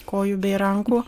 kojų bei rankų